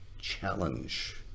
challenge